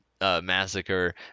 Massacre